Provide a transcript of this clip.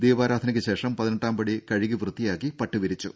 ദീപാരാധനക്ക് ശേഷം പതിനെട്ടാംപടി കഴുകി വൃത്തിയാക്കി പട്ടുവിരിച്ചു